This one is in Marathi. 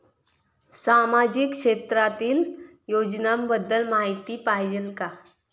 सामाजिक क्षेत्रातील योजनाबद्दल माहिती पाहिजे आहे?